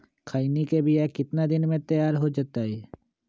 खैनी के बिया कितना दिन मे तैयार हो जताइए?